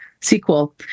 sequel